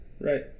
Right